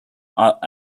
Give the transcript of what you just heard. out